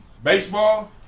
Baseball